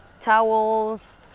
towels